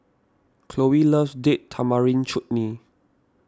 Cloe loves Date Tamarind Chutney